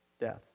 death